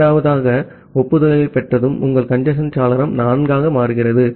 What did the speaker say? இரண்டாவது ஒப்புதல்களைப் பெற்றதும் உங்கள் கஞ்சேஸ்ன் சாளரம் 4 ஆகிறது